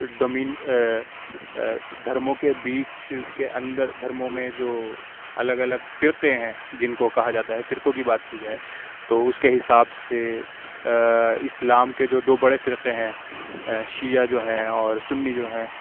دھرموں کے بیچ کے اندر دھرموں میں جو الگ الگ فرقے ہیں جن کو کہا جاتا ہے فرقوں کی بات کی جائے تو اس کے حساب سے اسلام کے جو دو بڑے فرقے ہیں شیعہ جو ہیں اور سنی جو ہیں